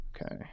Okay